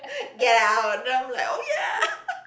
get out then I'm like oh ya !yeah!